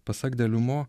pasak de liumo